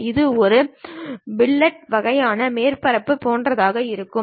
இது ஒரு ஃபில்லட் வகையான மேற்பரப்புகளைப் போன்றதாக இருக்கலாம்